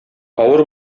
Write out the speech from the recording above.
авыр